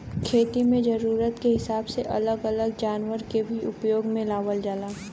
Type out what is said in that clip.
खेती में जरूरत क हिसाब से अलग अलग जनावर के भी उपयोग में लावल जाला